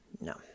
No